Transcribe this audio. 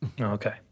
Okay